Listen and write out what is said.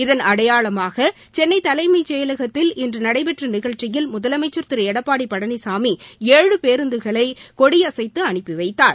இதன் அடையாளமாக சென்னை தலைமைச் செயலகத்தில் இன்று நடைபெற்ற நிகம்ச்சியில் முதலமைச்சர் எடப்பாடி பழனிசாமி கிரு ஏழு பேருந்துகளை கொடியசைத்து அனுப்பிவைத்தார்